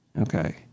Okay